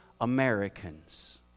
Americans